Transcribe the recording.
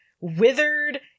withered